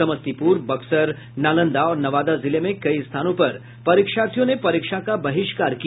समस्तीपुर बक्सर नालंदा और नवादा जिले में कई स्थानों पर परीक्षार्थियों ने परीक्षा का बहिष्कार किया